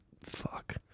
fuck